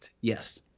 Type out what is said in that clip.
Yes